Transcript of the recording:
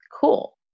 Cool